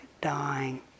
dying